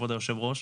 כבוד היושב ראש,